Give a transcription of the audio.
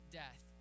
death